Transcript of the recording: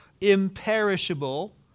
imperishable